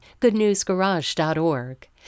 GoodNewsGarage.org